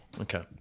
Okay